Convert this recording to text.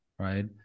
Right